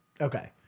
Okay